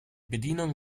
bedienung